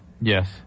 yes